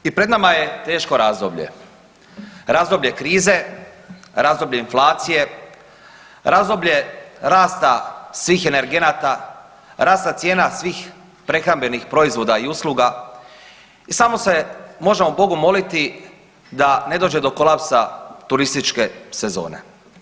I pred nama je teško razdoblje, razdoblje krize, razdoblje inflacije, razdoblje rasta svih energenata, rasta cijena svih prehrambenih proizvoda i usluga i samo se možemo Bogu moliti da ne dođe do kolapsa turističke sezone.